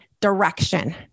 direction